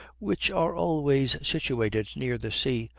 which are always situated near the sea,